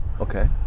Okay